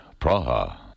Praha